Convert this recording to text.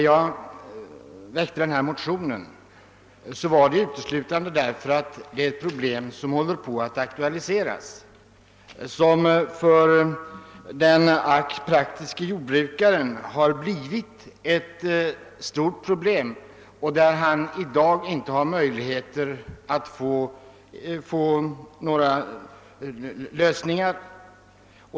Jag väckte den aktuella motionen därför att det gäller en fråga som blir allt aktueilare och som för den praktiske jordbrukaren har blivit ett stort problem som han nu inte har någon möjlighet att lösa.